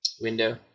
Window